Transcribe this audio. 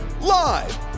Live